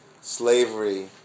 slavery